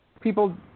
People